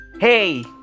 hey